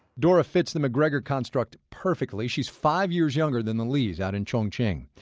dora fits the mcgregor construct perfectly. she's five years younger than the li's out in chongqing.